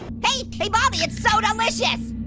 hey, hey, baldy, it's soda licious!